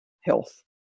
health